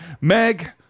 Meg